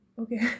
Okay